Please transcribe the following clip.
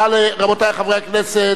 רבותי חברי הכנסת,